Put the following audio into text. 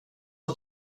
att